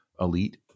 elite